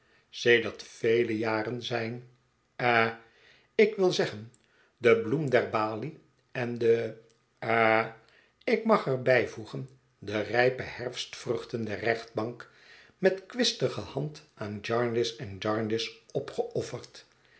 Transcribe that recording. sedert vele jaren zijn eh ik wilde zeggen de bloem der balie en de eh ik mag er bijvoegen de rijpe herfstvruchten der rechtbank met kwistige hand aan jarndyce en jarndyce opgeofferd